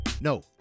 No